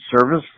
service